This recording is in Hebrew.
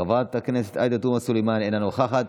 חברת הכנסת עאידה תומא סלימאן, אינה נוכחת.